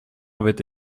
avaient